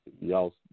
y'all